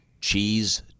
cheese